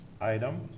item